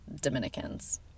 Dominicans